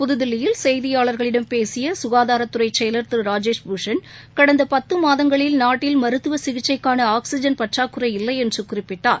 புதுதில்லியில் செய்தியாளர்களிடம் பேசியசுகாதாரத்துறைசெயலாளர் திருராஜேஷ் பூஷன் கடந்தபத்துமாதங்களில் நாட்டில் மருத்துவசிகிச்சைக்கான ஆக்ஸிஜன் பற்றாக்குறை இல்லையென்றுகுறிப்பிட்டார்